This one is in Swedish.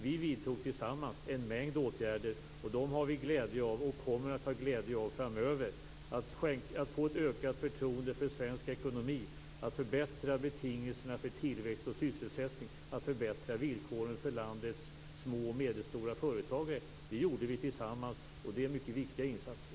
Vi vidtog tillsammans en mängd åtgärder som vi har glädje av och som vi kommer att ha glädje av framöver. Att skapa ett ökat förtroende för svensk ekonomi, att förbättra betingelserna för tillväxt och sysselsättning och att förbättra villkoren för landets små och medelstora företagare var något vi gjorde tillsammans, och det är mycket viktiga insatser.